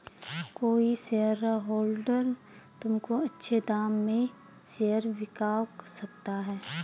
कोई शेयरहोल्डर तुमको अच्छे दाम में शेयर बिकवा सकता है